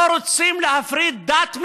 לא רוצים להפריד דת מלאום,